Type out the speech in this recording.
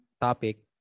topic